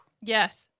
Yes